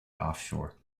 offshore